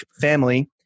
family